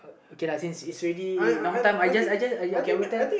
okay lah since it's already long I just I just okay I will tell